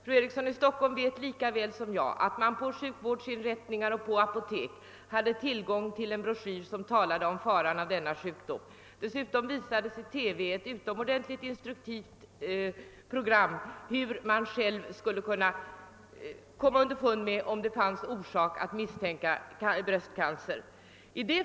Fru Eriksson i Stockholm vet lika väl som jag att man på sjukvårdsinrättningar och apotek då hade tillgång till en broschyr som berättade om faran av denna sjukdom. Dessutom visades i TV ett utomordentligt instruktivt program om hur man själv skulle kunna komma underfund med om det fanns orsak att misstänka bröstcancer.